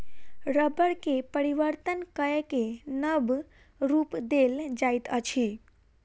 रबड़ के परिवर्तन कय के नब रूप देल जाइत अछि